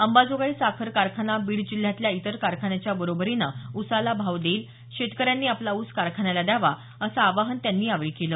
अंबाजोगाई साखर कारखाना बीड जिल्ह्यातल्या इतर कारखान्याच्या बरोबरीने ऊसाला भाव देईल शेतकऱ्यांनी आपला ऊस कारखान्याला द्यावा असं आवाहन त्यांनी यावेळी केलं